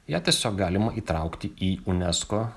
ją tiesiog galima įtraukti į unesco